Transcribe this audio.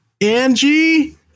Angie